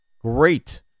Great